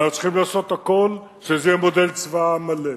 ואנחנו צריכים לעשות הכול שזה יהיה מודל צבא העם מלא,